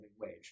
wage